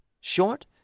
Short